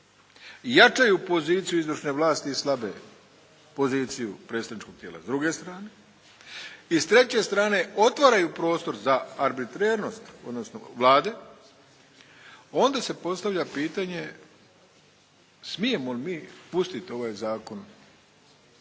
jačaju poziciju izvršne vlasti i slabe poziciju predstavničkog tijela druge stranke i s treće strane otvaraju prostor za arbitrernost, odnosno Vlade. Onda se postavlja pitanje smijemo li mi pustiti ovaj zakon